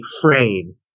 frame